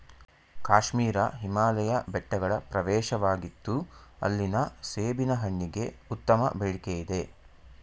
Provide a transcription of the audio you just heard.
ಕಾಶ್ಮೀರ ಹಿಮಾಲಯ ಬೆಟ್ಟಗಳ ಪ್ರವೇಶವಾಗಿತ್ತು ಅಲ್ಲಿನ ಸೇಬಿನ ಹಣ್ಣಿಗೆ ಉತ್ತಮ ಬೇಡಿಕೆಯಿದೆ